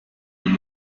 ihn